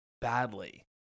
badly